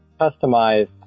customized